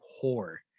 poor